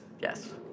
Yes